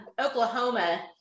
Oklahoma